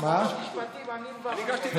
שר המשפטים, אני מברך אותך.